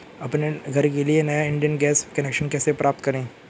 अपने घर के लिए नया इंडियन गैस कनेक्शन कैसे प्राप्त करें?